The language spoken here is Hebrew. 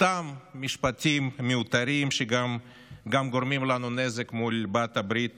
סתם משפטים מיותרים שגם גורמים לנו נזק מול בעלת הברית